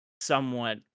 somewhat